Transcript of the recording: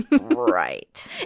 Right